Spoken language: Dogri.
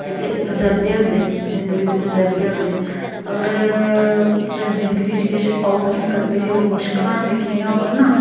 जेह्के तजरबे होंदे जिंदगी दे तजरबे होंदे अगर तुसें जिंदगी च किश औख गै नी कट्टी दी होग मुश्कलां नी दिक्खी दियां होङन ना